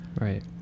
Right